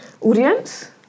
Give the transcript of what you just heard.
Audience